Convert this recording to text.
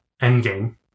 Endgame